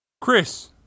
Chris